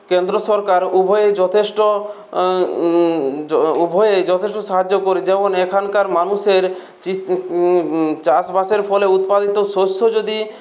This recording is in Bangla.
কেন্দ্র সরকার উভয়ই যথেষ্ট য উভয়ই যথেষ্ট সাহায্য করে যেমন এখানকার মানুষের চি চাষবাসের ফলে উৎপাদিত শস্য যদি